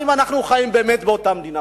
האם אנחנו חיים באמת באותה מדינה,